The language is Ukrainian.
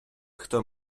хто